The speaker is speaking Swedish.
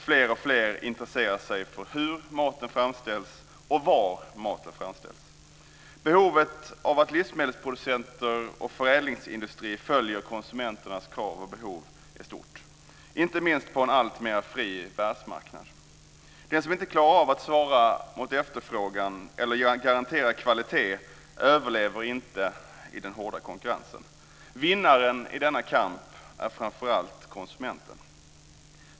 Fler och fler intresserar sig för hur maten framställs och för var maten framställs. Behovet av att livsmedelsproducenter och förädlingsindustri följer konsumenternas krav och behov är stort, inte minst på en alltmer fri världsmarknad. Den som inte klarar av att svara mot efterfrågan eller garantera kvalitet överlever inte i den hårda konkurrensen. Vinnaren i denna kamp är framför allt konsumenten.